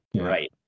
Right